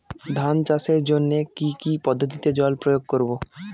ধান চাষের জন্যে কি কী পদ্ধতিতে জল প্রয়োগ করব?